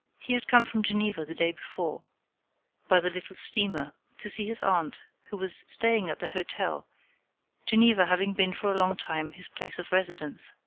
he had come from geneva the day before by the little steamer, to see his aunt, who was staying at the hotel geneva having been for a long time his place of residence.